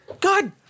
god